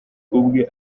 ubwe